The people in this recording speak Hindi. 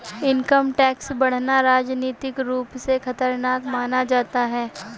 इनकम टैक्स बढ़ाना राजनीतिक रूप से खतरनाक माना जाता है